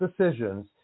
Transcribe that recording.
decisions